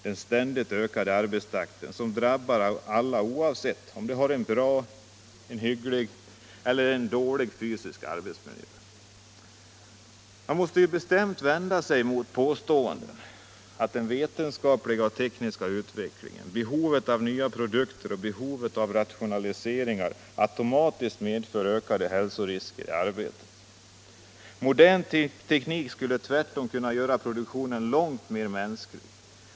Den ständigt ökade arbetstakten drabbar alla oavsett om de har en bra, en hygglig eller en dålig fysisk arbetsmiljö. Man måste bestämt vända sig mot påståenden att den vetenskapliga och tekniska utvecklingen, behovet av nya produkter och behovet av rationaliseringar automatiskt medför ökade hälsorisker i arbetet. Modern teknik skulle tvärtom kunna göra produktionen långt mer mänsklig.